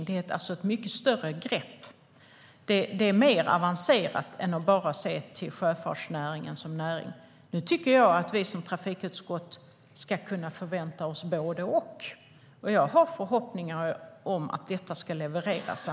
Detta är ett mycket större och mer avancerat grepp än att bara se till sjöfarten som näring. Men jag tycker att vi i trafikutskottet ska kunna förvänta oss både och. Jag har förhoppningar om att det ska levereras.